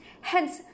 hence